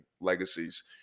legacies